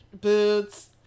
boots